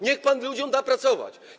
Niech pan ludziom da pracować.